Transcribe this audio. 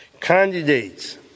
candidates